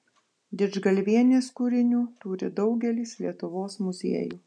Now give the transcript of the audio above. didžgalvienės kūrinių turi daugelis lietuvos muziejų